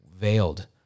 veiled